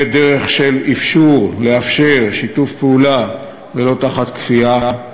בדרך של אפשור, לאפשר שיתוף פעולה, ולא בכפייה,